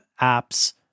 apps